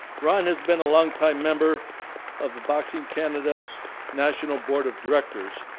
ron has been a long time member of the boxing canada's national board of directors.